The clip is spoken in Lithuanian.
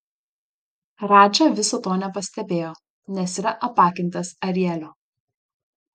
radža viso to nepastebėjo nes yra apakintas arielio